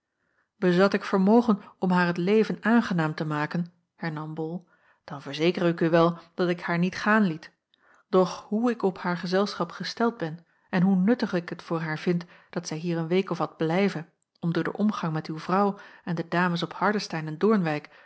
bezat ik vermogen om haar het leven aangenaam te maken hernam bol dan verzeker ik u wel dat ik haar niet gaan liet doch hoe ik op haar gezelschap gesteld ben en hoe nuttig ik het voor haar vind dat zij hier een week of wat blijve om door den omgang met uw vrouw en de dames op